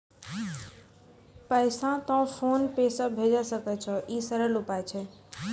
पैसा तोय PhonePe से भैजै सकै छौ? ई सरल उपाय छै?